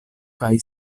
kaj